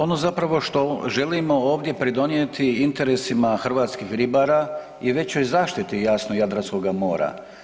Ono zapravo što želimo ovdje pridonijeti interesima hrvatskih ribara i većoj zaštiti jasno, Jadranskoga mora.